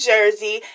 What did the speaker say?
Jersey